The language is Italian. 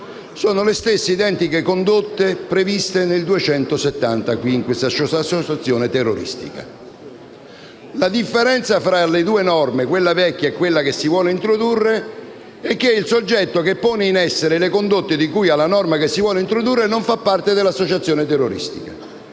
sono le stesse previste nel 270-*quinquies*: associazione terroristica. La differenza tra le due norme, quella vecchia e quella che si vuole introdurre, è che il soggetto che pone in essere le condotte di cui alla norma che si vuole introdurre non fa parte dell'associazione terroristica.